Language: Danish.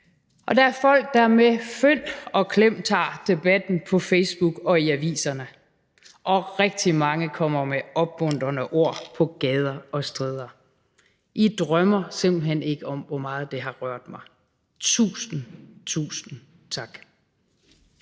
og der er folk, der med fynd og klem tager debatten på Facebook og i aviserne, og rigtig mange kommer med opmuntrende ord på gader og stræder. I drømmer simpelt hen ikke om, hvor meget det har rørt mig. Tusind, tusind tak.